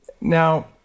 Now